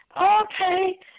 okay